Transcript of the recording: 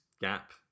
gap